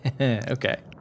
Okay